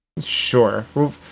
sure